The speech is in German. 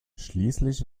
schließlich